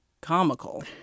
comical